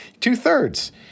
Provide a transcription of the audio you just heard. two-thirds